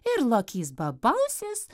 ir lokys bobausis